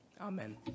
Amen